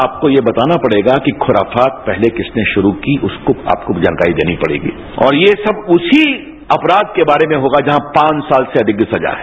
आपको ये बताना पड़ेगा कि खुराफात पहले किसने शुरू की उसको आपको जानकारी देनी पड़ेगी और ये सब उसी अपराघ के बारे में होगा जहां पांच साल से अधिक की सजा है